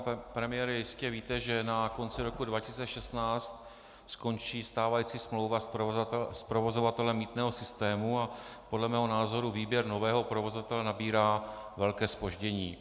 Pane premiére, jistě víte, že na konci roku 2016 skončí stávající smlouva s provozovatelem mýtného systému a podle mého názoru výběr nového provozovatele nabírá velké zpoždění.